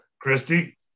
Christy